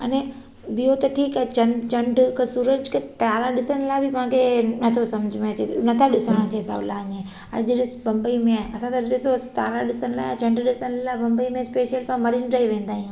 अने ॿियो त ठीकु आहे चंड चंड की सूरज की तारा ॾिसण लाइ बि मूंखे नथो समुझ में अचे नथा ॾिसणु अचे सहूला हीअं अॼु ॾिस बंबईअ में आहे असां सां ॾिसोसि तारा ॾिसण लाइ चंड ॾिसण लाइ बंबईअ में ज स्पेशल पाणु मरीन ड्राइव वेंदा आहियूं